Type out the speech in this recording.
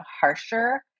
harsher